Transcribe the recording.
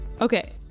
Okay